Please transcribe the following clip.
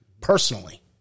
personally